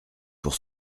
pour